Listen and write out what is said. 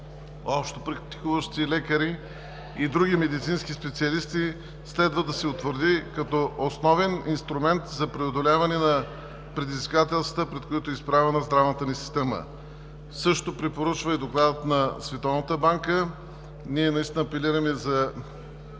общопрактикуващи лекари и други медицински специалисти следва да се утвърди като основен инструмент за преодоляване на предизвикателствата, пред които е изправена здравната ни система.“ Също препоръчват и Доклада на Световната банка. Ние наистина апелираме за